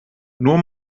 nur